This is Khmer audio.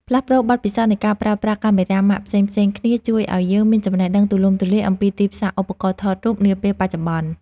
ផ្លាស់ប្តូរបទពិសោធន៍នៃការប្រើប្រាស់កាមេរ៉ាម៉ាកផ្សេងៗគ្នាជួយឱ្យយើងមានចំណេះដឹងទូលំទូលាយអំពីទីផ្សារឧបករណ៍ថតរូបនាពេលបច្ចុប្បន្ន។